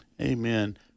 Amen